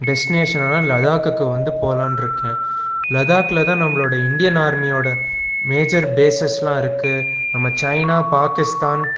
டெஸ்டினேஷனான லடாக்கு வந்து போகலான்னு இருக்கேன் லடாக்கில் தான் நம்மளோட இந்தியன் ஆர்மியோடய மேஜர் பேசஸ்லாம் இருக்குது நம்ம சைனா பாகிஸ்தான்